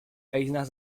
eines